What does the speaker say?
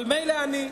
אבל מילא אני,